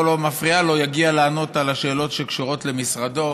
לא מפריעה לו יגיע לענות על השאלות שקשורות למשרדו,